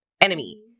enemy